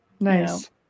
Nice